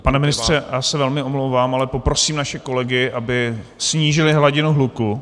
Pane ministře, já se velmi omlouvám, ale poprosím naše kolegy, aby snížili hladinu hluku.